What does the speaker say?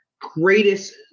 greatest